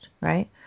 right